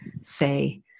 say